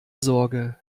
sorge